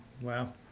wow